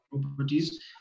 properties